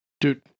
Dude